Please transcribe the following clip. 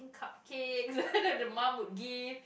cupcakes the mum would give